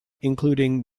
including